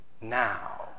Now